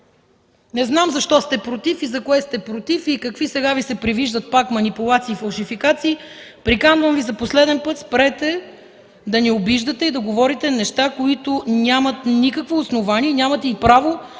Не знам защо сте против, за кое сте против и какви сега Ви се привиждат пак манипулации, фалшификации. Приканвам Ви за последен път: спрете да ни обиждате и да говорите неща, които нямат никакво основание! Нямате и право